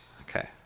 Okay